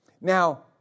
Now